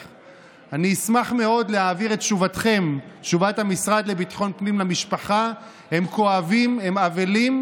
מהאזרחים לא יכול להיות בטוח שהוא לא יגיע לכלא על לא עוול בכפו.